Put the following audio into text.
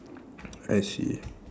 I see